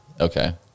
Okay